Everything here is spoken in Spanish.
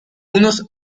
unos